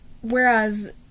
whereas